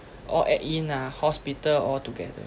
all add in ah hospital all together